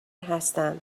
هستم